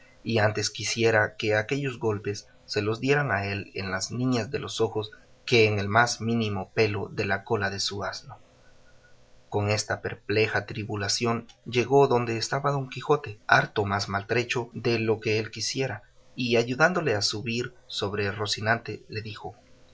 y antes quisiera que aquellos golpes se los dieran a él en las niñas de los ojos que en el más mínimo pelo de la cola de su asno con esta perpleja tribulación llegó donde estaba don quijote harto más maltrecho de lo que él quisiera y ayudándole a subir sobre rocinante le dijo